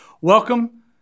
welcome